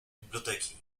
biblioteki